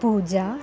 पूजा